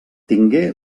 tingué